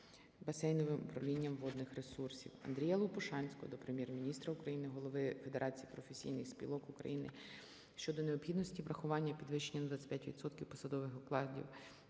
басейновим управлінням водних ресурсів. Андрія Лопушанського до Прем'єр-міністра України, голови Федерації професійних спілок України щодо необхідності врахування підвищень на 25 відсотків посадових окладів